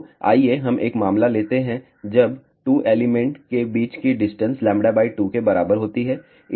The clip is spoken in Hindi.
तो आइए हम एक मामला लेते हैं जब 2 एलिमेंट के बीच की डिस्टेंस λ 2 के बराबर होती है